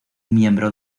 miembro